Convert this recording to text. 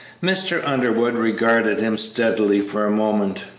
mr. underwood regarded him steadily for a moment.